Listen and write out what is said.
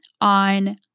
on